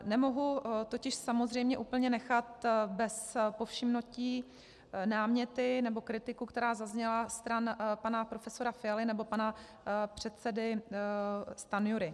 Nemohu totiž samozřejmě úplně nechat bez povšimnutí náměty nebo kritiku, která zazněla stran pana profesora Fialy nebo pana předsedy Stanjury.